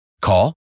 Call